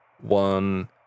one